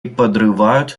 подрывают